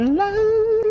love